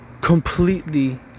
completely